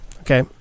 Okay